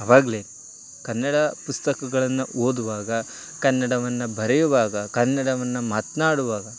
ಆವಾಗಲೇ ಕನ್ನಡ ಪುಸ್ತಕಗಳನ್ನು ಓದುವಾಗ ಕನ್ನಡವನ್ನು ಬರೆಯುವಾಗ ಕನ್ನಡವನ್ನು ಮಾತನಾಡುವಾಗ